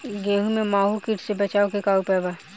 गेहूँ में माहुं किट से बचाव के का उपाय बा?